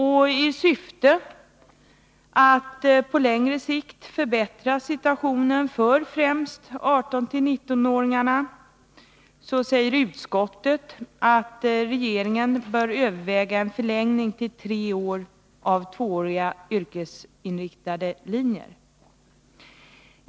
I syfte att på längre sikt förbättra situationen för främst 18-19-åringarna bör regeringen därför överväga en förlängning till tre år av tvååriga yrkesinriktade linjer.